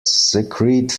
secrete